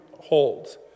holds